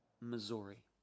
Missouri